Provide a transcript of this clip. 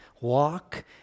walk